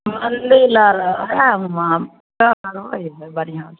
मन्दिल आर आएब हम धिआपुता रहए हए बड़ बढ़िआँ से